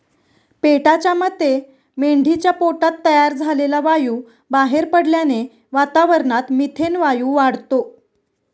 पेटाच्या मते मेंढीच्या पोटात तयार झालेला वायू बाहेर पडल्याने वातावरणात मिथेन वायू वाढतो